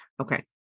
Okay